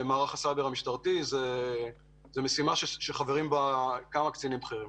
זו משימה שחברים בה כמה חברים בכירים.